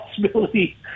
possibility